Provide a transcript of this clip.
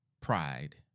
pride